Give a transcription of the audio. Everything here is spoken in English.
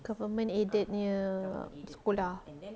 government aided nya sekolah